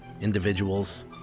individuals